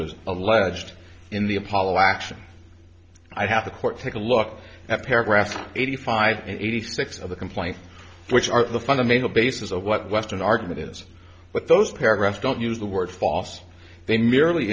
alleged in the apollo action i have the court take a look at paragraph eighty five eighty six of the complaint which are the fundamental basis of what western argument is but those paragraphs don't use the word false they merely